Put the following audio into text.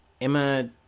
Emma